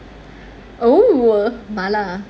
oh !wah! mala ah